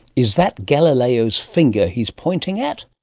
is that galileo's finger he's pointing at?